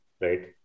right